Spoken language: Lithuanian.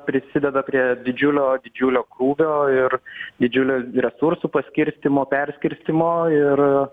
prisideda prie didžiulio didžiulio krūvio ir didžiulių resursų paskirstymo perskirstymo ir